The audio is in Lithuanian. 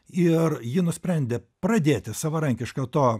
ir ji nusprendė pradėti savarankišką to